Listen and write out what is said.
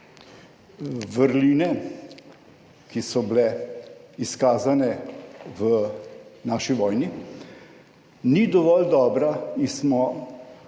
vrline, ki so bile izkazane v naši vojni, ni dovolj dobra in smo